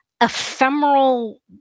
ephemeral